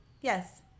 Yes